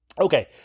Okay